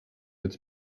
would